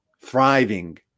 thriving